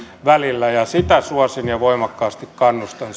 välillä ja sitä suosin ja voimakkaasti kannustan